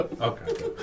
Okay